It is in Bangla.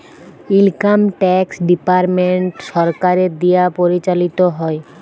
ইলকাম ট্যাক্স ডিপার্টমেন্ট সরকারের দিয়া পরিচালিত হ্যয়